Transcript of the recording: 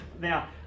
now